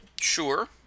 sure